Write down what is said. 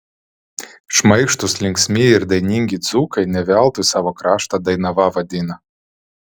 šmaikštūs linksmi ir dainingi dzūkai ne veltui savo kraštą dainava vadina